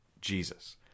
Jesus